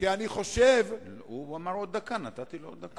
הוא אמר עוד דקה ונתתי לו עוד דקה.